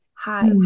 Hi